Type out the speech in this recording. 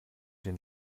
den